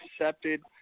accepted